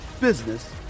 business